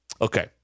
Okay